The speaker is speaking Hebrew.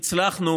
הצלחנו,